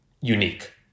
unique